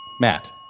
Matt